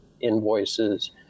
invoices